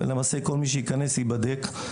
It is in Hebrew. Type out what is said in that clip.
ולמעשה, כל מי שייכנס ייבדק.